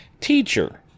teacher